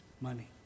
Money